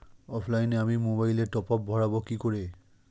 অফলাইনে আমি মোবাইলে টপআপ ভরাবো কি করে?